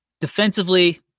defensively